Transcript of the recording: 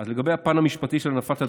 לגבי הפן המשפטי של הנפת הדגלים,